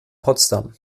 potsdam